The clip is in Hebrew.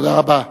תודה רבה.